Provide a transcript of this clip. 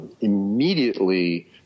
Immediately